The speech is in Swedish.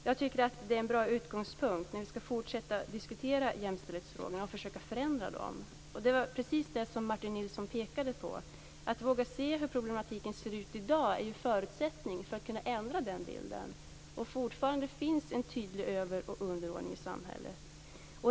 Jag tycker att det är en bra utgångspunkt när vi skall fortsätta att diskutera jämställdhetsfrågorna och försöka förändra dem. Det var precis det som Martin Nilsson pekade på. Att våga se hur problematiken ser ut i dag är förutsättningen för att kunna ändra den bilden. Fortfarande finns en tydlig över och underordning i samhället.